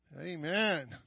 Amen